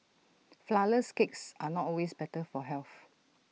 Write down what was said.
Flourless Cakes are not always better for health